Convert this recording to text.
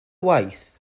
waith